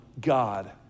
God